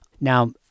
now